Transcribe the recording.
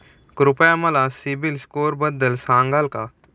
कृपया मला सीबील स्कोअरबद्दल सांगाल का?